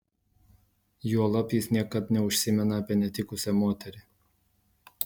juolab jis niekad neužsimena apie netikusią moterį